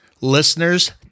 listeners